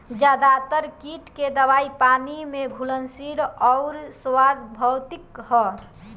ज्यादातर कीट के दवाई पानी में घुलनशील आउर सार्वभौमिक ह?